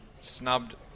snubbed